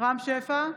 רם שפע,